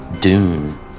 Dune